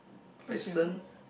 listen